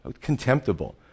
contemptible